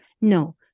No